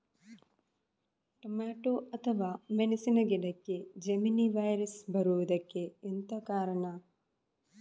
Tomato ಅಥವಾ ಮೆಣಸಿನ ಗಿಡಕ್ಕೆ ಜೆಮಿನಿ ವೈರಸ್ ಬರುವುದಕ್ಕೆ ಎಂತ ಕಾರಣ?